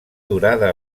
durada